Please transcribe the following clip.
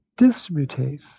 dismutase